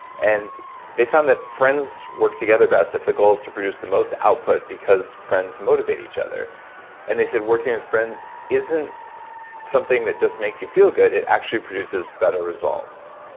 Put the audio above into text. and they found that friends work together best if the goal is to produce the most output output because friends motivate each other and they said working with friends isn't something that just makes you feel good, it actually produces better results.